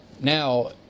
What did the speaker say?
Now